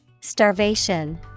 Starvation